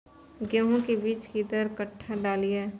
गेंहू के बीज कि दर कट्ठा डालिए?